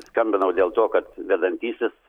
skambinau dėl to kad vedantysis